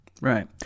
Right